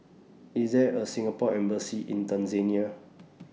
IS There A Singapore Embassy in Tanzania